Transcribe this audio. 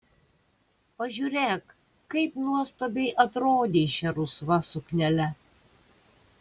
pažiūrėk kaip nuostabiai atrodei šia rusva suknele